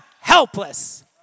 helpless